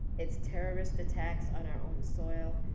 it's terrorist attacks on our own soil,